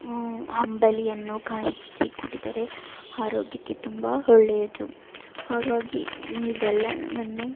ಅಂಬಲಿಯನ್ನು ಕಾಯಿಸಿ ಕುಡಿದರೆ ಆರೋಗ್ಯಕ್ಕೆ ತುಂಬ ಒಳ್ಳೆಯದು ಹಾಗಾಗಿ ಇದೆಲ್ಲವನ್ನೂ